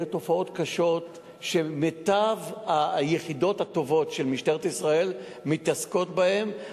אלה תופעות קשות שמיטב היחידות הטובות של משטרת ישראל מתעסקות בהן.